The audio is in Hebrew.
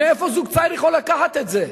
מאיפה זוג צעיר יכול לקחת את זה?